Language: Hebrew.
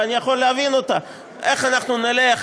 ואני יכול להבין אותה: איך אנחנו נלך